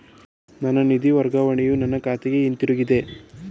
ನನ್ನ ನಿಧಿ ವರ್ಗಾವಣೆಯು ನನ್ನ ಖಾತೆಗೆ ಹಿಂತಿರುಗಿದೆ